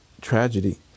tragedy